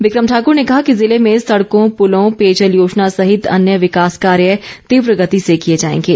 बिक्रम ठाकुर ने कहा कि जिले में सड़कों पुलों पेयजल योजना सहित अन्य विकास कार्य तीव्र गति से किए जाएंगे